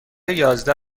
یازده